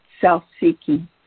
self-seeking